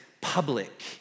public